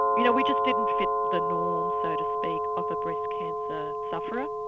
you know we just didn't fit the norm so to speak of a breast cancer sufferer.